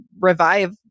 revive